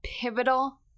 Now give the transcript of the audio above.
pivotal